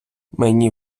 мені